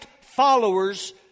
follower's